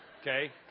okay